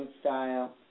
style